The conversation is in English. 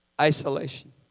isolation